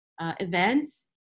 events